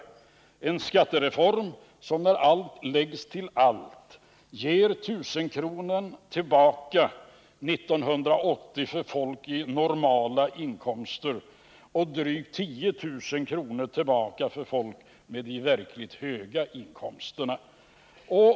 Det är en skattereform som när allt läggs till allt år 1980 ger tusenkronan tillbaka till folk med normala inkomster och drygt 10 000 tillbaka till folk med de verkligt höga inkomsterna?